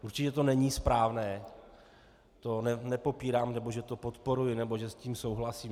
Určitě to není správné, to nepopírám, nebo že to podporuji nebo že s tím souhlasím.